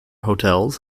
hotels